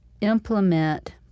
implement